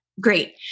great